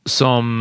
som